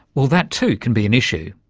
well, that too can be an issue.